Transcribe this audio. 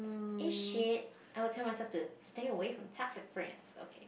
it's shit I would tell myself to stay away from toxic friends okay